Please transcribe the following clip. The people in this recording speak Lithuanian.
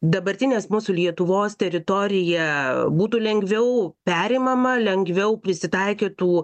dabartinės mūsų lietuvos teritorija būtų lengviau perimama lengviau prisitaikytų